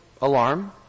alarm